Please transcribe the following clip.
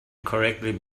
correctly